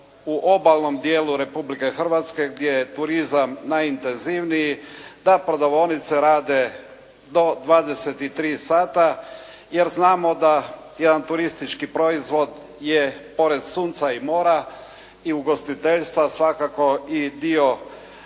u obalnom dijelu Republike Hrvatske gdje je turizam najintenzivniji, da prodavaonice rade do 23 sata jer znamo da jedan turistički proizvod je pored sunca i mora i ugostiteljstva svakako i dio